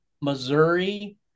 Missouri